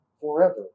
forever